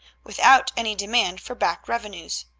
without any demand for back revenues.